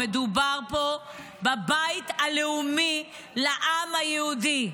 מדובר פה בבית הלאומי לעם היהודי.